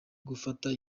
gufata